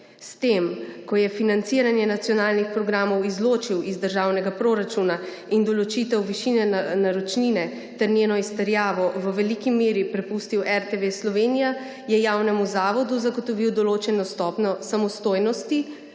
S tem, ko je financiranje nacionalnih programov izločil iz državnega proračuna in določitev višine naročnine ter njeno izterjavo v veliki meri prepustil RTV Slovenija, je javnemu zavodu zagotovil določeno stopnjo samostojnosti,